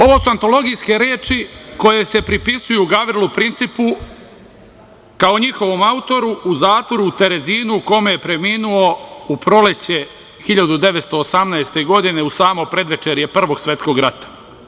Ovo su antologijske reči koje se prepisuju Gavrilu Principu kao njihovom autoru, u zatvoru u Terezinu u kome je preminuo u proleće 1918. godine u samo predvečerje Prvog svetskog rata.